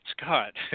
Scott